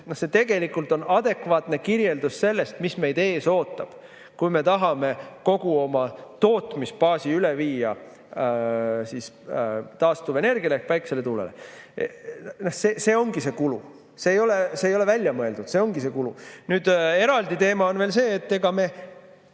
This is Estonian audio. see tegelikult on adekvaatne kirjeldus sellest, mis meid ees ootab, kui me tahame kogu oma tootmisbaasi üle viia taastuvenergiale ehk päikesele ja tuulele. See ongi see kulu. See ei ole välja mõeldud, see ongi see kulu. Nüüd, eraldi teema on veel see, et isegi juhul